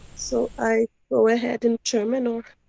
so, i go ahead in german, or?